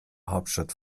hauptstadt